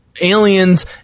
aliens